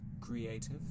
creative